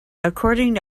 according